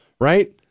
right